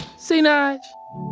see nige?